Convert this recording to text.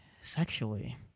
sexually